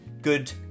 good